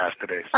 today